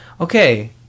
okay